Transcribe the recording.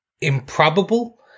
improbable